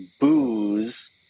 booze